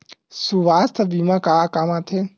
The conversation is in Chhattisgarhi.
सुवास्थ बीमा का काम आ थे?